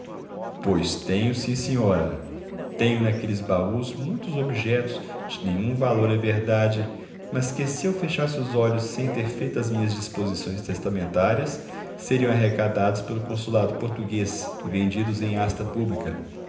pois tenho sim senhora tendo naqueles baús muitos objetos de nenhum valor é verdade mas que se eu fechasse os olhos sem ter feito as minhas disposições testamentárias seriam arrecadados pelo consulado português e vendidos em hasta pública